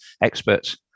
experts